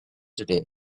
today